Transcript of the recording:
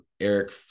eric